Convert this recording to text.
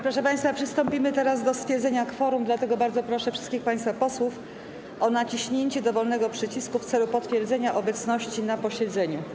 Proszę państwa, przystąpimy teraz do stwierdzenia kworum, dlatego bardzo proszę wszystkich państwa posłów o naciśnięcie dowolnego przycisku w celu potwierdzenia obecności na posiedzeniu.